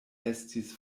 estis